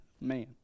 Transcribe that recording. Man